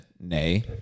Nay